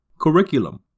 Curriculum